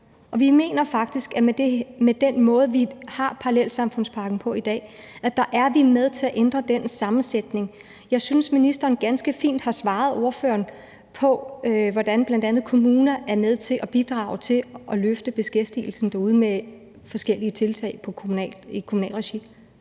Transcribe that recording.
Vi mener faktisk, at med den måde, vi har parallelsamfundspakken på i dag, er vi med til at ændre den sammensætning. Jeg synes, at ministeren ganske fint svarede ordføreren på, hvordan bl.a. kommunerne er med til at løfte beskæftigelsen derude med forskellige tiltag i kommunalt regi.